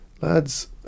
lads